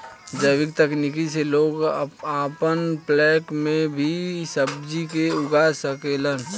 जैविक तकनीक से लोग आपन फ्लैट में भी सब्जी के उगा सकेलन